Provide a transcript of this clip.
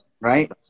right